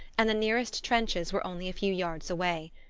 and the nearest trenches were only a few yards away.